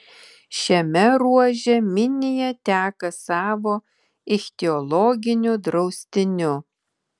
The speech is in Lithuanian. šiame ruože minija teka savo ichtiologiniu draustiniu